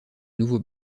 nouveau